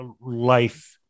life